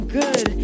good